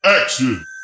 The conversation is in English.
action